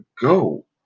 go